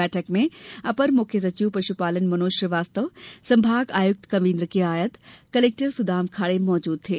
बैठक में अपर मुख्य सचिव पशुपालन मनोज श्रीवास्तव संभागायुक्त कवीन्द्र कियावत कलेक्टर डॉ सुदाम खांडे मौजूद थे